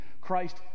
christ